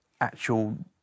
actual